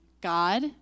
God